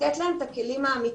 לתת להם את הכלים האמיתיים.